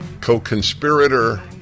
co-conspirator